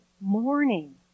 morning